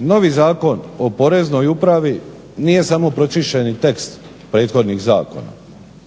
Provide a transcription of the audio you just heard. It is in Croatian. novi Zakon o Poreznoj upravi nije samo pročišćeni tekst prethodnih zakona.